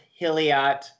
Hilliot